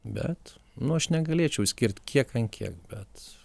bet nu aš negalėčiau išskirt kiek ant kiek bet